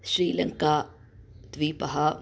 श्रीलङ्का द्वीपः